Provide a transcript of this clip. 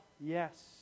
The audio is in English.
yes